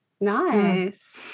Nice